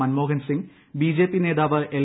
മൻ ്മോഹൻ Singh BJP നേതാവ് L